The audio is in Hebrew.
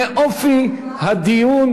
מאופי הדיון.